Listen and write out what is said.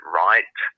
right